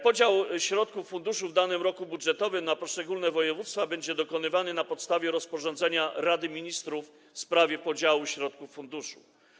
Podział środków funduszu w danym roku budżetowym na poszczególne województwa będzie dokonywany na podstawie rozporządzenia Rady Ministrów w sprawie podziału środków funduszu.